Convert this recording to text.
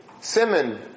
simon